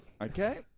Okay